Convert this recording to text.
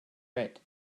red